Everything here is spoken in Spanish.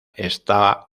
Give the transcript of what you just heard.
está